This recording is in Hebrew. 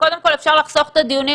קודם כל אפשר לחסוך את הדיונים,